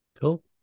Cool